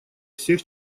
всех